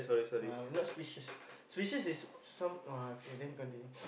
I'm not speechless speechless is some uh K then continue